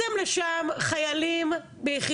בגלל